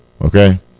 okay